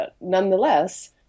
nonetheless